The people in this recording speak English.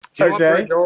Okay